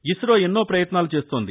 ఇసో ఎన్నో ప్రయత్నాలు చేస్తోంది